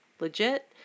legit